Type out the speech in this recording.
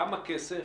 כמה כסף